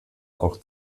auch